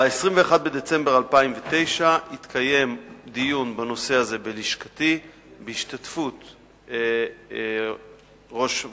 ב-21 בדצמבר 2009 התקיים דיון בנושא הזה בלשכתי בהשתתפות ראש הות"ת,